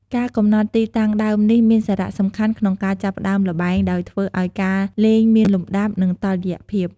ការកំណត់ទីតាំងដើមនេះមានសារៈសំខាន់ក្នុងការចាប់ផ្តើមល្បែង ដោយធ្វើឲ្យការលេងមានលំដាប់ និងតុល្យភាព។